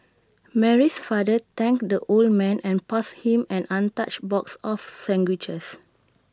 Mary's father thanked the old man and passed him an untouched box of sandwiches